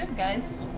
guys.